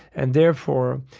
and therefore,